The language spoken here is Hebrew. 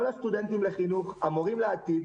כל הסטודנטים לחינוך, המורים לעתיד,